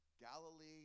Galilee